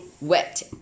wet